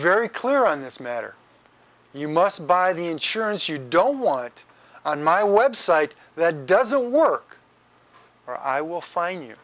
very clear on this matter you must buy the insurance you don't want on my website that doesn't work or i will fine you